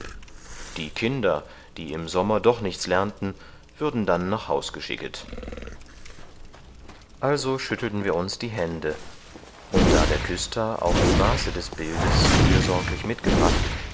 die kinder die im sommer doch nichts lernten würden dann nach haus geschicket also schüttelten wir uns die hände und da der küster auch die maße des bildes fürsorglich mitgebracht